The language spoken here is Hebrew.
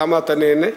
למה, אתה נהנה?